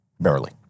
barely